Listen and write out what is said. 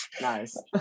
Nice